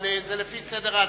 אבל זה לפי סדר ההצבעה: